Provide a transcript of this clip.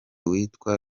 witwa